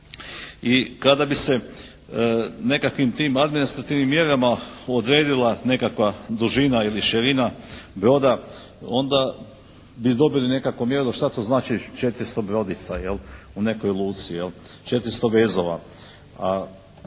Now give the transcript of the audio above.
I kada bi se nekakvim tim administrativnim mjerama odredila nekakva dužina ili širina broda, onda bi dobili nekakvu mjeru što to znači 400 brodica u nekoj luci, jel'. 400 vezova.